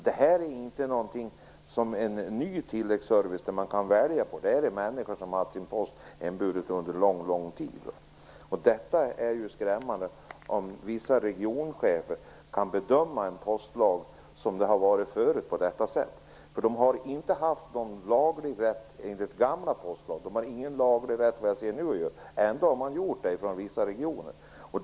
Det är alltså inte fråga om någon ny tilläggsservice där man kan välja mellan olika saker - det är fråga om människor som har fått sin post hemburen under lång tid. Det är skrämmande att vissa regionchefer kan bedöma en postlag på detta sätt. Enligt den gamla postlagen har de inte haft någon laglig rätt till detta, och har det inte heller nu efter vad jag ser. Ändå har detta gjorts i vissa regioner.